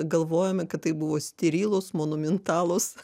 galvojome kad tai buvo sterilūs monumentalūs